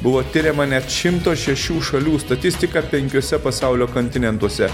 buvo tiriama net šimto šešių šalių statistika penkiuose pasaulio kontinentuose